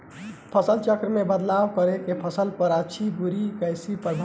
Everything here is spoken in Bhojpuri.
फसल चक्र मे बदलाव करला से फसल पर अच्छा की बुरा कैसन प्रभाव पड़ी?